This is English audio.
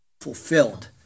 fulfilled